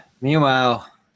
Meanwhile